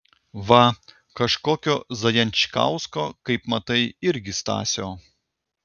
va kažkokio zajančkausko kaip matai irgi stasio